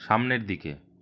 সামনের দিকে